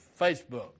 Facebook